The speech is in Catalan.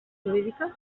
jurídiques